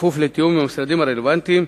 כפוף לתיאום עם המשרדים הרלוונטיים.